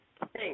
Thanks